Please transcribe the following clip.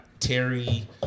Terry